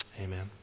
Amen